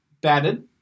batted